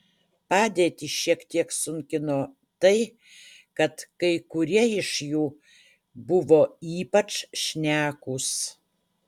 padėtį šiek tiek sunkino tai kad kai kurie iš jų buvo ypač šnekūs